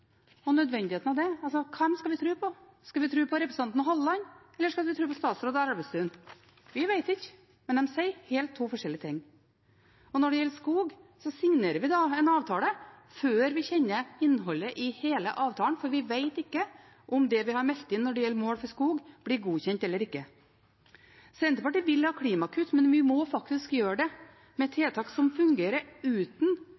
Hvem skal vi tro på? Skal vi tro på representanten Halleland, eller skal vi tro på statsråd Elvestuen? Vi vet ikke, men de sier to helt forskjellige ting. Når det gjelder skog, signerer vi en avtale før vi kjenner innholdet i hele avtalen – vi vet ikke om det vi har meldt inn når det gjelder mål for skog, blir godkjent eller ikke. Senterpartiet vil ha klimakutt, men vi må faktisk gjøre det med tiltak som fungerer, uten